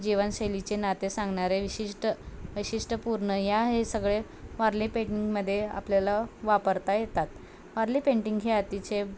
जीवनशैलीचे नाते सांगणारे विशिष्ट वैशिष्ट पूर्ण या हे सगळे वारले पेंटिंगमध्ये आपल्याला वापरता येतात वारले पेंटिंग हे अतिचे